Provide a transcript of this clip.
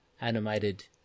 animated